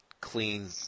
clean